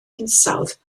hinsawdd